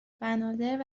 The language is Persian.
بنادر